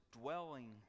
dwelling